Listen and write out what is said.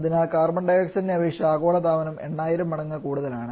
അതിനാൽ കാർബൺ ഡൈ ഓക്സൈഡിനെ അപേക്ഷിച്ച് ആഗോള താപനം 8000 മടങ്ങ് കൂടുതലാണ്